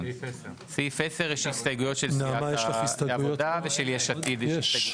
בסעיף 10 ישנן הסתייגויות של סיעת העבודה ושל סיעת יש עתיד.